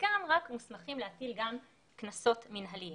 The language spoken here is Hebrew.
וחלקם רק מוסמכים להטיל גם קנסות מינהליים.